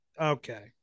Okay